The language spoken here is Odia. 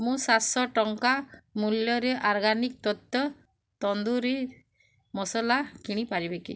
ମୁଁ ସାତଶହ ଟଙ୍କା ମୂଲ୍ୟରେ ଆର୍ଗାନିକ୍ ତତ୍ତ୍ଵ ତନ୍ଦୁରି ମସଲା କିଣି ପାରିବି କି